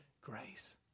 Grace